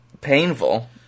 Painful